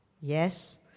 yes